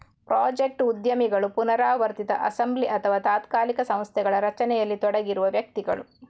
project ಉದ್ಯಮಿಗಳು ಪುನರಾವರ್ತಿತ assembly ಅಥವಾ ತಾತ್ಕಾಲಿಕ ಸಂಸ್ಥೆಗಳ ರಚನೆಯಲ್ಲಿ ತೊಡಗಿರುವ ವ್ಯಕ್ತಿಗಳು